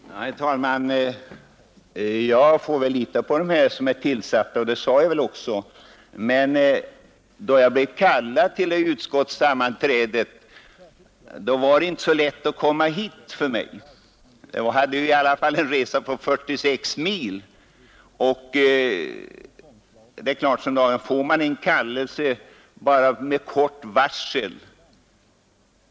Herr talman! Jag får kanske trots allt lita på de tillsatta ledamöterna i arbetsgruppen, och det antydde jag väl till en del. Men då jag blev kallad till utskottssammanträdet var det inte så lätt för mig att infinna mig. Det gällde dock en resa på 46 mil, som skulle göras efter kallelse med helt kort varsel.